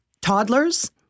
toddlers